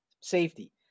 safety